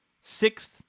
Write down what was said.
sixth